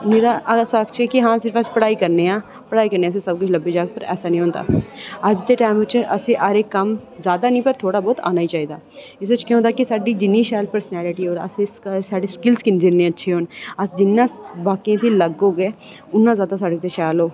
मेरे अगर अस आक्खचै कि अस पढ़ाई करने आ पढ़ाई कन्नै सबकिश लब्भी जाह्ग स्हान्नूं ऐसा नेईं होंदा अज्ज दे टाइम च असें गी हर इक कम जैदा नेईं पर थोह्ड़ा बहुत औना चाहिदा एह्दे च केह् होंदा कि जिन्नी शैल परसनैलिटी होग असेंगी इस गल्ल गी साढ़ी स्किल्ल जिन्ने अच्छे होन अस जिन्ना बाकियें कशा अलग होगे उन्ना जैदा साढ़े आस्तै शैल होग